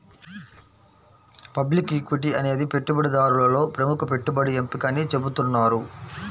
public equity అనేది పెట్టుబడిదారులలో ప్రముఖ పెట్టుబడి ఎంపిక అని చెబుతున్నారు